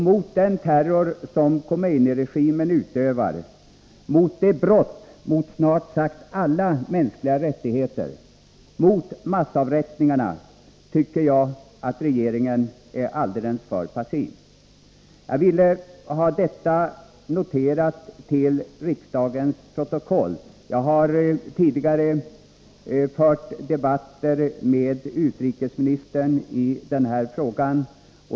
Mot den terror som Khomeiniregimen utövar, mot brotten mot snart sagt alla mänskliga rättigheter och mot massavrättningarna, tycker jag att regeringen är alldeles för passiv. Jag vill ha detta noterat till riksdagens protokoll. Jag har tidigare fört debatter med utrikesministern i denna fråga.